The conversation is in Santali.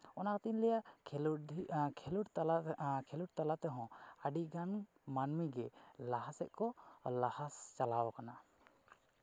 ᱚᱱᱟᱛᱤᱧ ᱞᱟᱹᱭᱟ ᱠᱷᱮᱞᱳᱰ ᱠᱷᱮᱞᱳᱰ ᱛᱟᱞᱟ ᱠᱷᱮᱞᱳᱰ ᱛᱟᱞᱟ ᱛᱮᱦᱚᱸ ᱟᱹᱰᱤᱜᱟᱱ ᱢᱟᱹᱱᱢᱤ ᱜᱮ ᱞᱟᱦᱟ ᱥᱮᱫ ᱠᱚ ᱞᱟᱦᱟ ᱪᱟᱞᱟᱣ ᱠᱟᱱᱟ